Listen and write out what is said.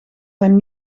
zijn